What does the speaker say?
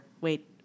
wait